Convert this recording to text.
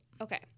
Okay